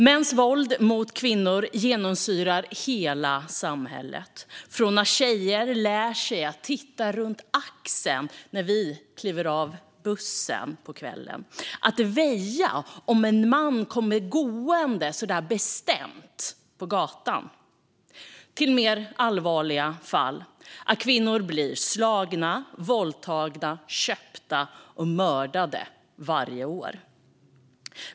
Mäns våld mot kvinnor genomsyrar hela samhället, från att tjejer lär sig att titta över axeln när de kliver av bussen på kvällen, att väja om en man kommer bestämt gående mot dem på gatan, till mer allvarliga fall, nämligen att kvinnor blir slagna, våldtagna, köpta och mördade varje år.